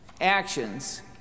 Actions